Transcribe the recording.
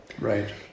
Right